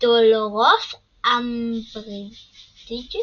דולורס אמברידג'